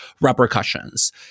repercussions